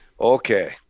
Okay